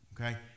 Okay